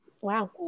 Wow